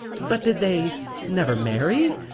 but did they never marry?